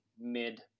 mid